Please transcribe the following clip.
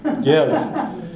Yes